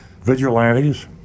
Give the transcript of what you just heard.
Vigilantes